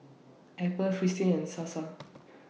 Apple Fristine and Sasa